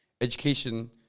education